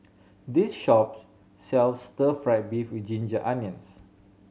this shop sells Stir Fry beef with ginger onions